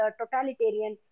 totalitarian